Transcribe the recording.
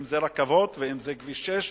אם רכבות ואם כביש 6,